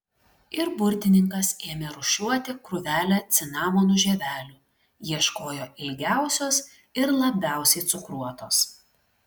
ir burtininkas ėmė rūšiuoti krūvelę cinamonų žievelių ieškojo ilgiausios ir labiausiai cukruotos